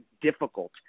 difficult